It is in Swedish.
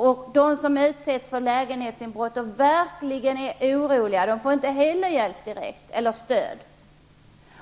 Och de som utsätts för lägenhetsinbrott och verkligen är oroliga får inte heller hjälp eller stöd